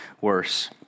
worse